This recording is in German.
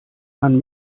man